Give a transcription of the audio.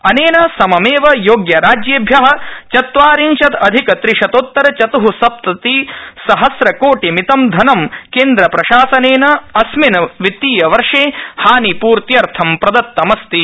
अनेन सममेव योग्यराज्येभ्य चत्वारिंशदधिक त्रिशतोत्तर चत्ः सप्ततिसहस्र कोटिमितं धनं केन्द्रपशासनेन अस्मिन् वित्तीयवर्ष हानिपूर्त्यर्थ प्रदत्तमस्ति